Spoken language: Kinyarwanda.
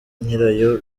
nyirayo